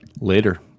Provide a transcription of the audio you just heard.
later